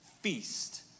feast